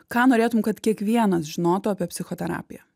ką norėtum kad kiekvienas žinotų apie psichoterapiją